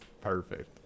perfect